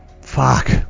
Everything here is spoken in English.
fuck